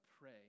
pray